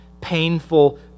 painful